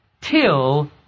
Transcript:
till